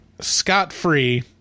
scot-free